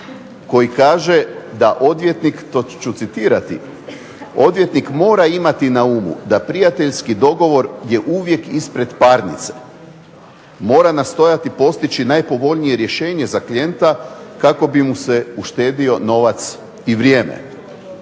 koji kaže da odvjetnik to ću citirati. Odvjetnik mora imati na umu da prijateljski dogovor je uvijek ispred parnice. Mora nastojati postići najpovoljnije rješenje za klijenta kako bi mu se uštedio novac i vrijeme.